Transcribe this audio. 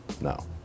no